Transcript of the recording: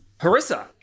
Harissa